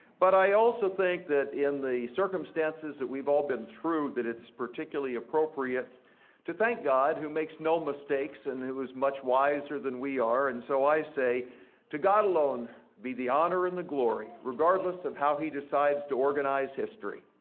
but i also think that in the circumstances that we've all been through that it's particularly appropriate to thank god, who makes no mistakes, and who is much wiser than we are, and so i say to god alone be the honor and the glory regardless of how he decides to organize history.